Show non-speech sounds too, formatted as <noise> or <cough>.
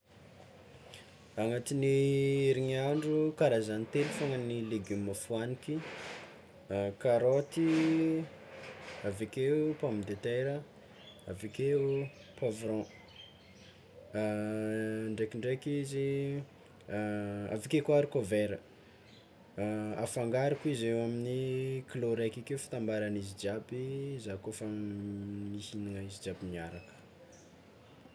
Agnatin'ny herigniandro, karazany telo fôgna legioma tegna fihoaniky: karaoty, avekeo pomme de terra avekeo poivron, <hesitation> ndraikindraiky izy aveke koa arikôvera afangariko izy eo amin'ny kilao raika ake fitambaran'izy jiaby zah kôfa mihignagna izy jiaby miaraka.